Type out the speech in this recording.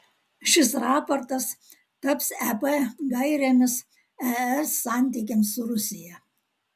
šis raportas taps ep gairėmis es santykiams su rusija